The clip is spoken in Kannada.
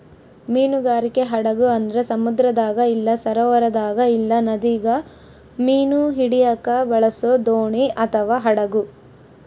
ಮೀನುಗಾರಿಕೆ ಹಡಗು ಅಂದ್ರ ಸಮುದ್ರದಾಗ ಇಲ್ಲ ಸರೋವರದಾಗ ಇಲ್ಲ ನದಿಗ ಮೀನು ಹಿಡಿಯಕ ಬಳಸೊ ದೋಣಿ ಅಥವಾ ಹಡಗು